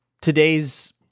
today's